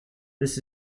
this